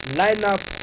lineup